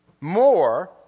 more